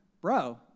bro